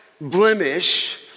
blemish